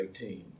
18